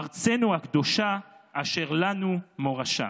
ארצנו הקדושה אשר לנו מורשה.